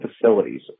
facilities